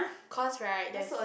cause right there's